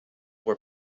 were